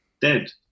dead